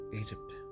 Egypt